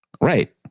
Right